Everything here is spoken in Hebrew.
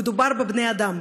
מדובר בבני-אדם,